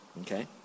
okay